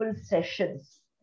sessions